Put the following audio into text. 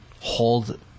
hold